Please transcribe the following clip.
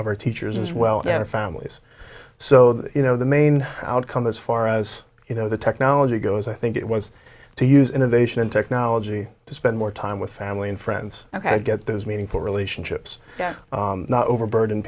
of our teachers as well and families so you know the main outcome as far as you know the technology goes i think it was to use innovation and technology to spend more time with family and friends get those meaningful relationships not overburden